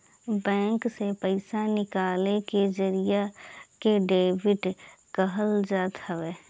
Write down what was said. bank से पईसा निकाले के जरिया के डेबिट कहल जात हवे